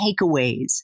takeaways